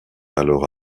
alors